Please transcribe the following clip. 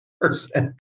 person